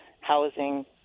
housing